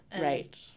Right